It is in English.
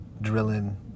drilling